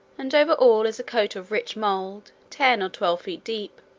and over all is a coat of rich mould, ten or twelve feet deep.